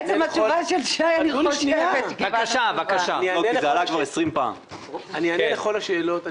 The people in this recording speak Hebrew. אני אענה לכל השאלות.